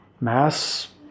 Mass